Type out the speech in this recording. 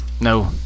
No